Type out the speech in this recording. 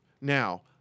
Now